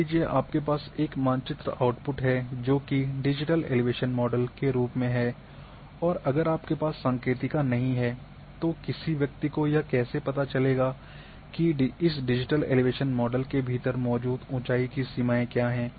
मान लीजिए कि आपके पास एक मानचित्र आउट्पुट है जो कि डिजिटल एलिवेशन मॉडल के रूप में है और अगर आपके पास सांकेतिक नहीं है तो किसी व्यक्ति को यह कैसे पता चलेगा कि इस डिजिटल एलिवेशन मॉडल के भीतर मौजूद ऊंचाई की सीमाएं क्या है